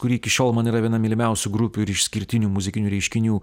kuri iki šiol man yra viena mylimiausių grupių ir išskirtinių muzikinių reiškinių